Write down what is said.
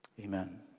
Amen